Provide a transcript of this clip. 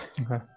Okay